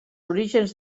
orígens